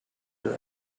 your